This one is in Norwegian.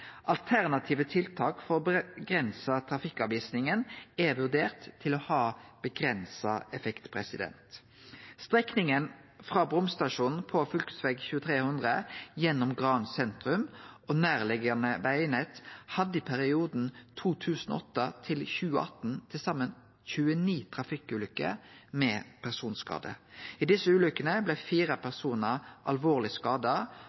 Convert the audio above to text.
Alternative tiltak for å avgrense trafikkavvisinga er vurdert til å ha avgrensa effekt. Strekninga frå bomstasjonen på fv. 2300 og gjennom Gran sentrum og nærliggjande vegnett hadde i perioden 2008–2018 til saman 29 trafikkulykker med personskader. I desse ulykkene blei fire personar alvorleg skada